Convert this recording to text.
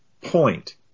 point